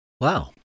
Wow